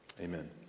Amen